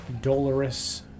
dolorous